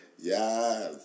Yes